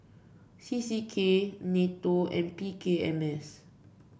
C C K NATO and P K M S